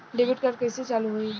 Debit card कइसे चालू होई?